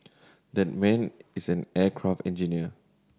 that man is an aircraft engineer